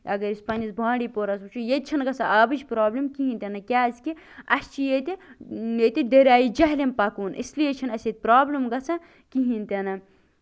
اَگر أسۍ پَنٕنِس بانٛڈی پورہَس منٛز وُچھو ییٚتہِ چھَنہٕ گژھن آبٕچ پرٛابلِم کِہیٖنٛۍ تہِ نہٕ کیٛازِ کہِ اَسہِ چھُ ییٚتہِ ییٚتہِ دریایہِ جہلِم پَکوُن اس لیے چھِنہٕ اَسہِ پرٛابلِم گژھان کِہینۍ تہِ نہٕ